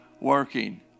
working